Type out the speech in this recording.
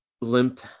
limp